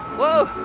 whoa